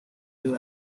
new